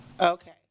Okay